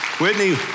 Whitney